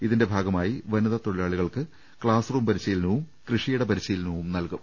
ഇതിന്റെ ഭാഗമായി വനിതാ തൊഴിലാളികൾക്ക് ക്ലാസ് റൂം പരിശീലനവും കൃഷിയി ട പരിശീലനവും നൽകും